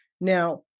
Now